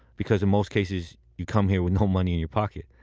because in most cases, you come here with no money in your pocket.